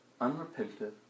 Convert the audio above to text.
unrepentant